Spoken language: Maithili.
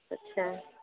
अच्छा